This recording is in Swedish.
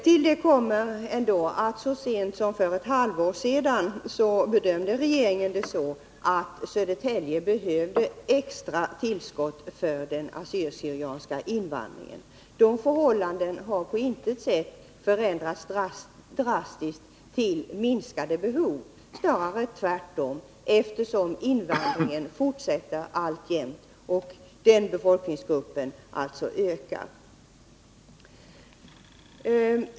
Till detta kommer att regeringen så sent som för ett halvår sedan bedömde det så att Södertälje behövde extra tillskott för den assyriska/syrianska invandringen. Förhållandena har inte förändrats till drastiskt minskade behov — snarare tvärtom. Invandringen fortsätter alltjämt, och den befolkningsgruppen ökar alltså.